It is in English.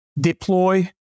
deploy